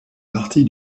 partie